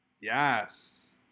Yes